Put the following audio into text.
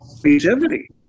creativity